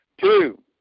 Two